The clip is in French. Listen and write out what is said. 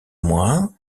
moi